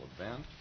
event